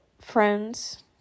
friends